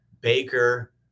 baker